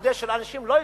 כדי שאנשים לא יתנגדו,